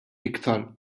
iktar